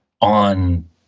on